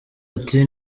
ati